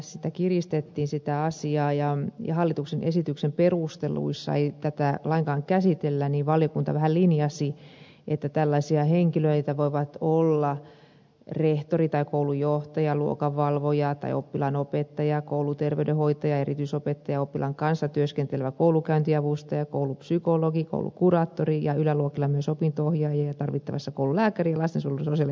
sitä kiristettiin sitä asiaa ja kun hallituksen esityksen perusteluissa ei tätä lainkaan käsitellä niin valiokunta vähän linjasi että tällaisia henkilöitä voivat olla rehtori tai koulunjohtaja luokanvalvoja tai oppilaan opettaja kouluterveydenhoitaja erityisopettaja oppilaan kanssa työskentelevä koulunkäyntiavustaja koulupsykologi koulukuraattori ja yläluokilla myös opinto ohjaaja tarvittaessa koulun lääkäri lastensuojelun sosiaalityöntekijä